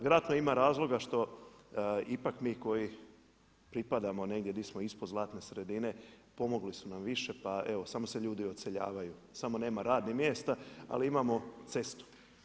Vjerojatno ima razloga što ipak mi koji pripadamo di smo ispod zlatne sredine, pomogli su nam više, pa evo samo se ljudi odseljavaju, samo nema radnih mjesta ali imamo cestu.